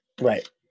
Right